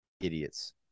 idiots